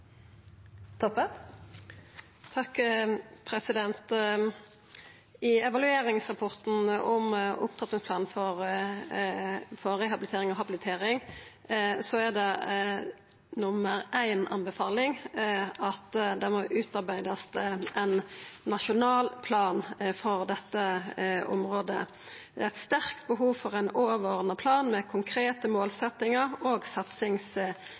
nummer éin at det må utarbeidast ein nasjonal plan for dette området: «Det er et sterkt behov for en overordnet plan med konkrete målsettinger og